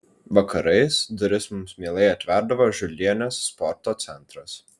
vakarais duris mums mielai atverdavo žiurlienės sporto centras